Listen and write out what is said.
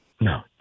No